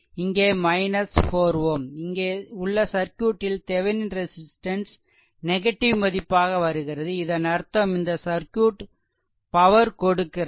இங்கே 4 Ω இங்கே உள்ள சர்க்யூட்டில் தெவெனின் ரெசிஸ்ட்டன்ஸ் நெகடிவ் மதிப்பாக வருகிறது இதன் அர்த்தம் இந்த சர்க்யூட் பவர் கொடுக்கிறது